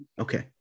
Okay